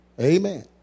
Amen